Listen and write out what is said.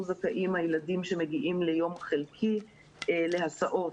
זכאים הילדים שמגיעים ליום חלקי להסעות.